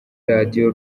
radio